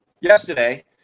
yesterday